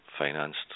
financed